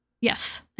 Yes